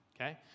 okay